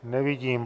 Nevidím.